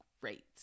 great